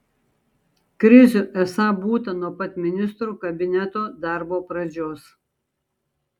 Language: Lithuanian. krizių esą būta nuo pat ministrų kabineto darbo pradžios